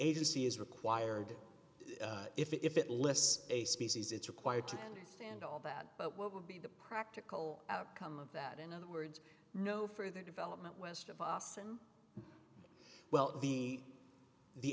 agency is required if it lists a species it's required to understand all that but what would be the practical outcome of that in other words no further development west of boston well